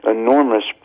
enormous